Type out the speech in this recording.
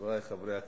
חברי חברי הכנסת,